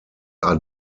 are